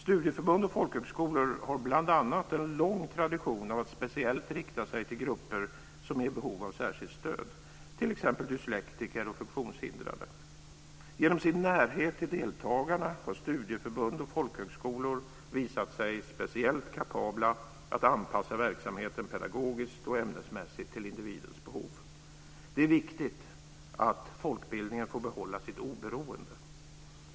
Studieförbund och folkhögskolor har bl.a. en lång tradition av att speciellt rikta sig till grupper som är i behov av särskilt stöd, t.ex. dyslektiker och funktionshindrade. Genom sin närhet till deltagarna har studieförbund och folkhögskolor visat sig speciellt kapabla att anpassa verksamheten pedagogiskt och ämnesmässigt till individens behov. Det är viktigt att folkbildningen får behålla sitt oberoende.